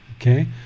okay